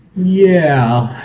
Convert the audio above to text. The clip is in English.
yeah,